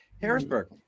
Harrisburg